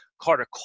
Carter